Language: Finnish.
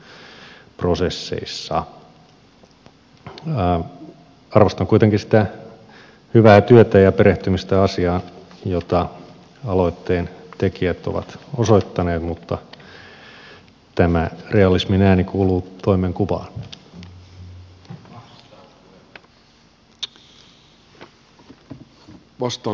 arvostan kuitenkin sitä hyvää työtä ja perehtymistä asiaan jota aloitteen tekijät ovat osoittaneet mutta tämä realismin ääni kuuluu toimenkuvaan